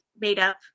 made-up